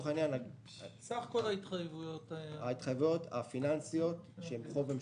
סך כל ההתחייבויות הפיננסיות שהן חוב ממשלתי.